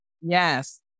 yes